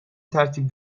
ترتیب